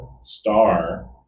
star